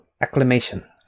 Acclamation